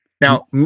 Now